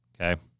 Okay